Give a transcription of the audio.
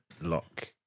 lock